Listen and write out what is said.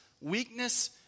weakness